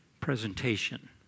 presentation